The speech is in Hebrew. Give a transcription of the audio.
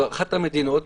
זאת אחת המדינות,